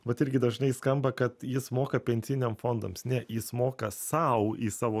vat irgi dažnai skamba kad jis moka pensiniam fondams ne jis moka sau į savo